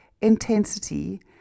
intensity